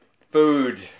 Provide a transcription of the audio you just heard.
Food